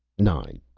nine.